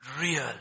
real